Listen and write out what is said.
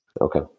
Okay